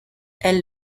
elle